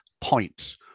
points